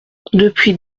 depuis